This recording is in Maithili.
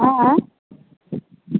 हँ